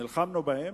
נלחמנו בהם.